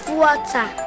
water